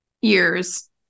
years